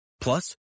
Plus